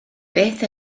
beth